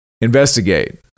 investigate